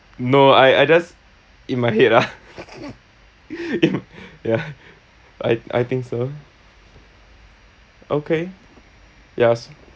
no I I just in my head ah in ya I I think so okay yes